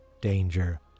Danger